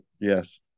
yes